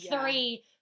three